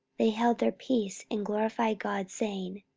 they held their peace, and glorified god, saying,